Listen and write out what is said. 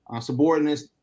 subordinates